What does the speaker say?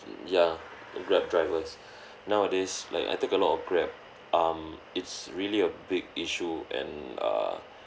ya Grab drivers nowadays like I take a lot of Grab um it's really a big issue and err